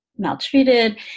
Maltreated